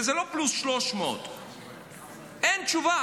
וזה לא פלוס 300. אין תשובה.